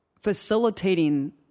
facilitating